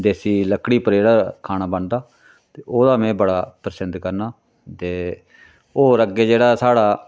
देसी लक्कड़ी उप्पर जेह्ड़ा खाना बनदा ते ओह्दा में बड़ा पसंद करना ते होर अग्गें जेह्ड़ा साढ़ा